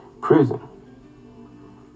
prison